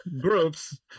groups